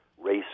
race